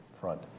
front